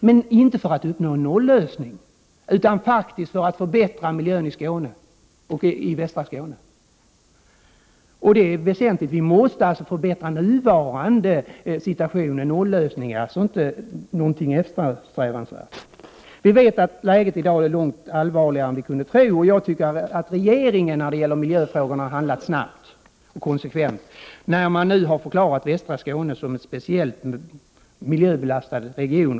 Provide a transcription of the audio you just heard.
Men inte för att uppnå en nollösning, utan faktiskt för att förbättra miljön i västra Skåne. Nollösningar är inte något eftersträvansvärt. Vi vet att läget i dag är långt allvarligare än vi kunde tro. Jag tycker att regeringen har handlat snabbt och konsekvent när det gäller miljöfrågorna, när man nu har förklarat västra Skåne som en speciellt miljöbelastad region.